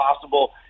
possible